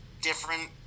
different